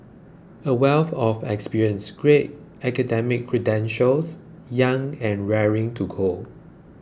a wealth of experience great academic credentials young and raring to go